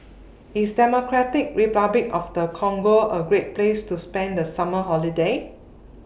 IS Democratic Republic of The Congo A Great Place to spend The Summer Holiday